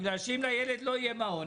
בגלל שאם לילד לא יהיה מעון,